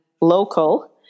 local